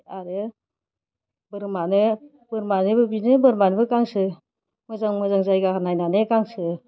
आरो बोरमानोबो बिदिनो बोरमानोबो गांसो मोजां मोजां जायगा नायनानै गांसो